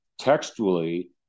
textually